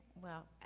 well,